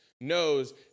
knows